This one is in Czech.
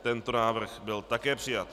Tento návrh byl také přijat.